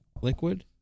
liquid